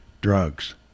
drugs